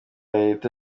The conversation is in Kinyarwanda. leta